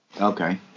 Okay